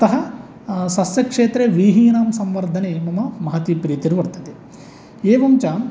अतः सस्यक्षेत्रे व्रीहीणां संवर्धने मम महती प्रीतिर्वर्तते एवं च